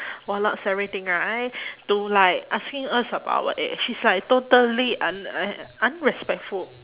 warlords everything right to like asking us about our age it's like totally un~ un~ unrespectful